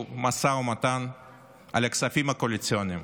משא ומתן על הכספים הקואליציוניים.